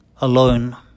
alone